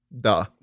Duh